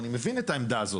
אני מבין את העמדה הזאת.